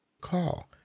call